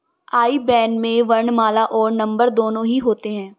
आई ban में वर्णमाला और नंबर दोनों ही होते हैं